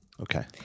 Okay